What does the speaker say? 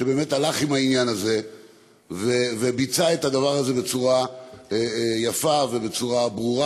שבאמת הלך עם העניין הזה וביצע את הדבר הזה בצורה יפה ובצורה ברורה,